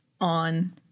on